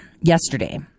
yesterday